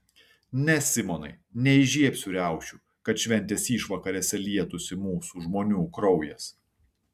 ne simonai neįžiebsiu riaušių kad šventės išvakarėse lietųsi mūsų žmonių kraujas